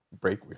break